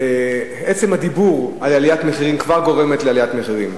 עצם הדיבור על עליית מחירים כבר גורם לעליית מחירים.